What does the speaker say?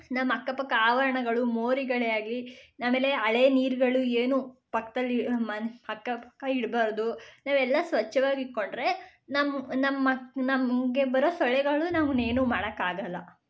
ನಮ್ಮ ಅಕ್ಕಪಕ್ಕ ಆವರಣಗಳು ಮೋರಿಗಳೇ ಆಗಲಿ ಆಮೇಲೆ ಹಳೇ ನೀರುಗಳು ಏನೂ ಪಕ್ಕದಲ್ಲಿ ಮನೆ ಅಕ್ಕಪಕ್ಕ ಇಡಬಾರ್ದು ನಾವೆಲ್ಲ ಸ್ವಚ್ವಾಗಿ ಇಟ್ಟುಕೊಂಡ್ರೆ ನಮ್ಮ ನಮ್ಮ ನಮಗೆ ಬರೋ ಸೊಳ್ಳೆಗಳು ನಮ್ಮನ್ನೇನೂ ಮಾಡೋಕ್ಕಾಗಲ್ಲ